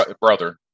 Brother